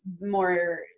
more